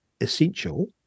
essential